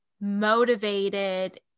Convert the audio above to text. motivated